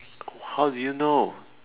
how do you know